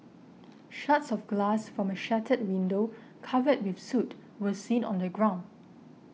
shards of glass from a shattered window covered with soot were seen on the ground